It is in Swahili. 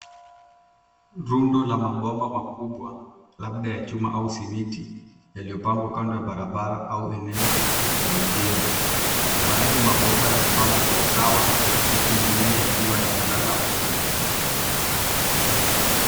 Rundo la mabomba makubwa labda ya chuma au simiti yaliyo pangwa kando ya barabara au eneo la ujenzi, baadhi ya mabomba yamepangwa kwa usawa huku mengine yakiwa yamelala ovyo.